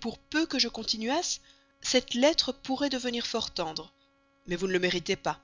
pour peu que je continuasse cette lettre pourrait devenir fort tendre mais vous ne le méritez pas